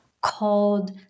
called